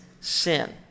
sin